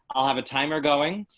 i'll have a timer going.